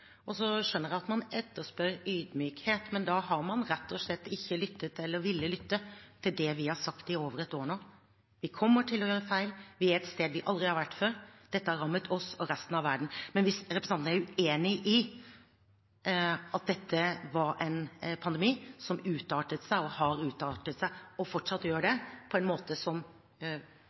Så skjønner jeg at man etterspør ydmykhet, men da har man rett og slett ikke lyttet – eller villet lytte – til det vi har sagt i over ett år nå: Vi kommer til å gjøre feil, vi er et sted vi aldri har vært før, dette har rammet oss og resten av verden. Men hvis representanten er uenig i at dette var en pandemi som utartet og har utartet og fortsatt gjør det på en måte som